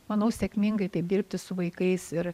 manau sėkmingai taip dirbti su vaikais ir